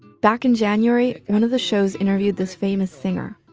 back in january, one of the shows interviewed this famous singer,